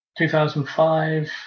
2005